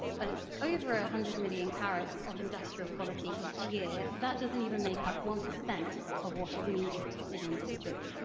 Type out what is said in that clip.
well it's over a hundred million carats of industrial quality each year. that doesn't even make-up one percent of what is needed in industry,